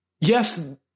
yes